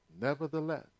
Nevertheless